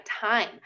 time